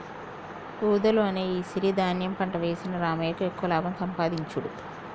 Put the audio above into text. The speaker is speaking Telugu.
వూదలు అనే ఈ సిరి ధాన్యం పంట వేసిన రామయ్యకు ఎక్కువ లాభం సంపాదించుడు